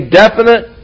definite